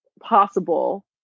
possible